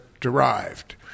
derived